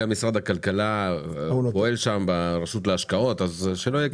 גם משרד הכלכלה פועל שם ברשות להשקעות ולכן שלא יהיה כפל.